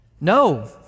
No